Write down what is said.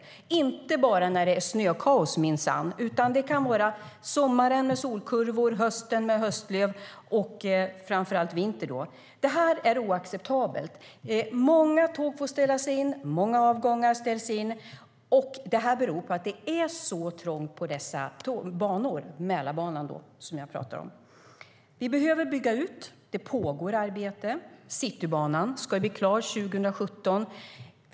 Det gäller inte bara på vintern när det är snökaos utan även på sommaren med solkurvor och på hösten med höstlöv. Det är oacceptabelt. Många tåg och avgångar ställs in, och det beror på att det är så trångt på Mälarbanan.Vi behöver bygga ut, och det pågår arbete. Citybanan ska vara klar 2017.